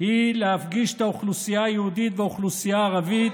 היא להפגיש את האוכלוסייה היהודית והאוכלוסייה הערבית,